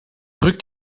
rückt